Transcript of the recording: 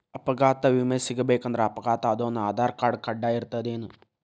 ಅಪಘಾತ್ ವಿಮೆ ಸಿಗ್ಬೇಕಂದ್ರ ಅಪ್ಘಾತಾದೊನ್ ಆಧಾರ್ರ್ಕಾರ್ಡ್ ಕಡ್ಡಾಯಿರ್ತದೇನ್?